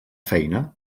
feina